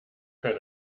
kann